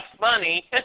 money